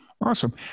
Awesome